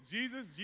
Jesus